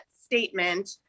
statement